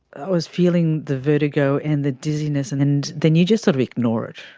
i was feeling the vertigo and the dizziness, and and then you just sort of ignore it,